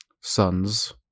sons